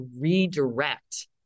redirect